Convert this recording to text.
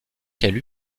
qu’elle